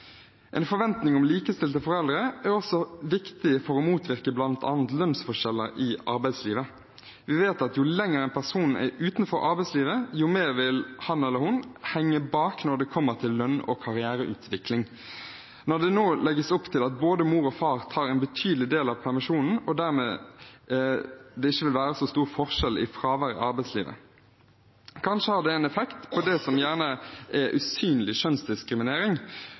En forventning om likestilte foreldre er også viktig for å motvirke bl.a. lønnsforskjeller i arbeidslivet. Vi vet at jo lenger en person er utenfor arbeidslivet, desto mer vil han eller hun henge etter når det kommer til lønns- og karriereutvikling. Nå legges det opp til at både mor og far tar en betydelig del av permisjonen, og dermed vil det ikke være så stor forskjell i fraværet fra arbeidslivet. Kanskje har det en effekt på det som gjerne er usynlig kjønnsdiskriminering,